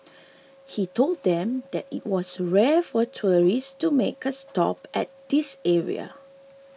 he told them that it was rare for tourists to make a stop at this area